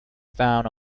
found